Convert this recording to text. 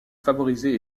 favoriser